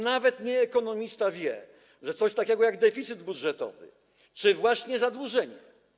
Nawet nieekonomista wie, że coś takiego jak deficyt budżetowy czy właśnie zadłużenie.